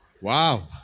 Wow